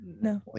No